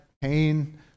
pain